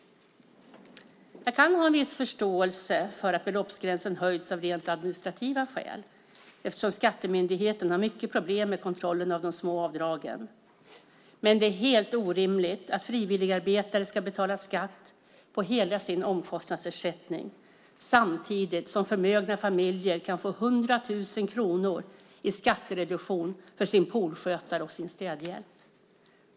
Jag kan ha viss förståelse för att beloppsgränsen höjts av rent administrativa skäl, eftersom Skatteverket har stora problem med kontrollen av de små avdragen, men det är helt orimligt att frivilligarbetare ska betala skatt på hela sin omkostnadsersättning samtidigt som förmögna familjer kan få 100 000 kronor i skattereduktion för sin poolskötare och städhjälp.